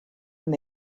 when